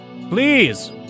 Please